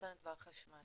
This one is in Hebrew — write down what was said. האינטרנט והחשמל.